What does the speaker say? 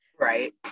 Right